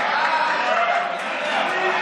לתרומתה ולפועלה של העדה הדרוזית (תיקון,